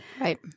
Right